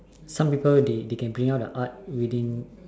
some people they can bring out the art within